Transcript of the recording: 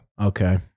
Okay